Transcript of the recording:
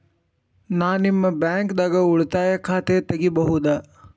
ನಾ ನಿಮ್ಮ ಬ್ಯಾಂಕ್ ದಾಗ ಉಳಿತಾಯ ಖಾತೆ ತೆಗಿಬಹುದ?